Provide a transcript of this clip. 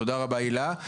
תודה רבה, הילה.